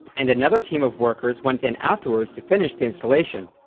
and another team of workers went in afterwards to finish the installation.